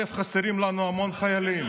חסרים לנו המון חיילים.